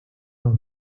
los